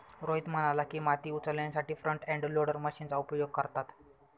रोहित म्हणाला की, माती उचलण्यासाठी फ्रंट एंड लोडर मशीनचा उपयोग करतात